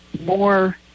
more